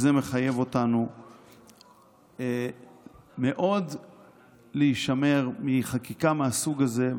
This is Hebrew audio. זה מחייב אותנו מאוד להישמר מחקיקה מהסוג הזה,